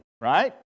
right